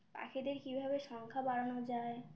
পাখিদের কীভাবে সংখ্যা বাড়ানো যায়